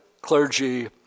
clergy